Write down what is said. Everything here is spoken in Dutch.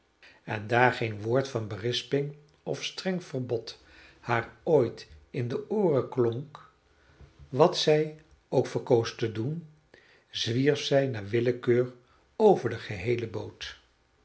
en daar geen woord van berisping of streng verbod haar ooit in de ooren klonk wat zij ook verkoos te doen zwierf zij naar willekeur over de geheele boot